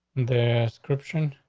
the description.